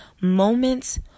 moments